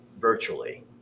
virtually